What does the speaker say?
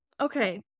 Okay